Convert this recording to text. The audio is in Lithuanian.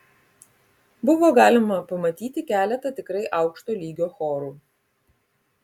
buvo galima pamatyti keletą tikrai aukšto lygio chorų